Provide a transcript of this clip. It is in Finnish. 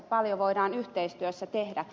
paljon voidaan yhteistyössä tehdä